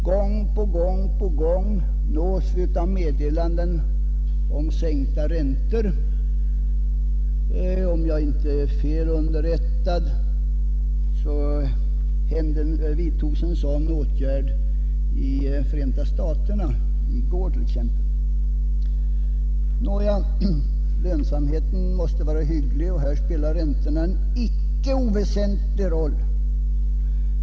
Gång på gång nås vi av meddelanden om sänkta räntor i andra länder ute i världen. Om jag inte är fel underrättad vidtogs t.ex. en sådan åtgärd i Förenta staterna i går. Lönsamheten i vår egen produktion måste vara hygglig, och där spelar räntorna en icke oväsentlig roll.